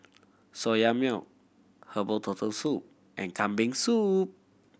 Soya Milk herbal Turtle Soup and Kambing Soup